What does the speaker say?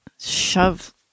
shove